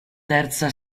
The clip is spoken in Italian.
terza